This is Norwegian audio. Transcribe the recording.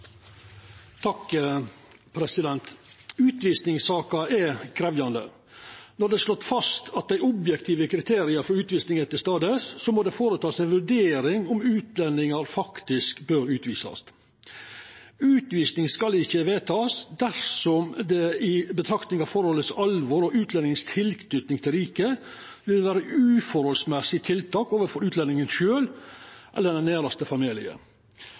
slått fast at dei objektive kriteria for utvising er til stades, må det gjerast ei vurdering av om utlendingar faktisk bør utvisast. Utvising skal ikkje vedtakast dersom det i betraktning av alvoret i forholdet og tilknytinga utlendingen har til riket, vil vera eit uforholdsmessig tiltak overfor utlendingen sjølv eller den næraste